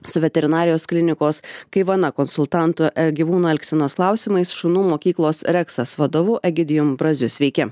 su veterinarijos klinikos kaivana konsultantu gyvūnų elgsenos klausimais šunų mokyklos reksas vadovu egidijum braziu sveiki